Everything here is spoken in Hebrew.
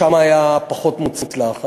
שם היה פחות מוצלח.